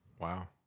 Wow